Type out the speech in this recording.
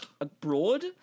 abroad